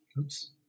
Oops